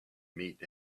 meet